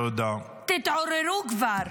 תתעוררו כבר.